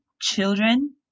children